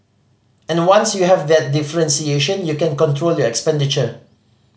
and once you have that differentiation you can control your expenditure